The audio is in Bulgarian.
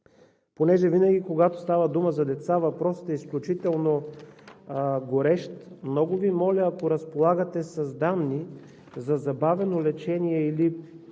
Понеже винаги когато става дума за деца, въпросът е изключително горещ, много Ви моля, ако разполагате с данни за забавено лечение или